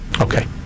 Okay